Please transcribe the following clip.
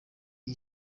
iyi